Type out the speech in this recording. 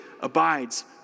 abides